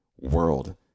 world